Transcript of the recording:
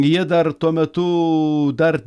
jie dar tuo metu dar